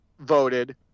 voted